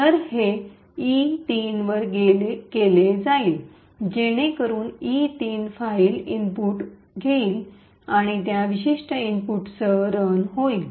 तर हे ई३ वर केले जाईल जेणेकरुन ई३ फाईल मधील इनपुट घेईल आणि त्या विशिष्ट इनपुटसह रन होईल